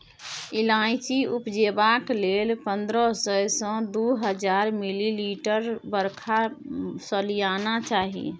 इलाइचीं उपजेबाक लेल पंद्रह सय सँ दु हजार मिलीमीटर बरखा सलियाना चाही